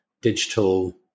digital